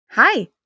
Hi